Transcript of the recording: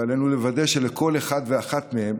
ועלינו לוודא שלכל אחד ואחת מהם